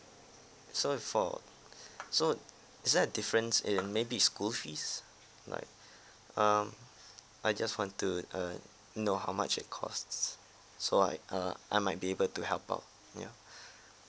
so for so is there a difference in maybe school fees like um I just want to uh know how much it costs so I uh I might be able to help out ya